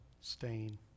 stain